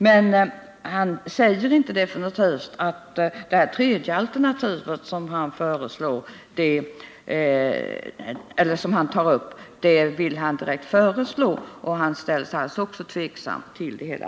Men han säger inte definitivt att han vill föreslå det tredje alternativ som han tar upp. Han ställer sig alltså också tveksam till det hela.